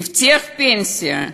הבטיח פנסיה,